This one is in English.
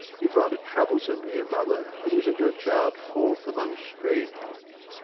you found it troublesome to be a mother, and you sent your child forth among strangers.